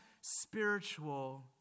spiritual